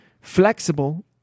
flexible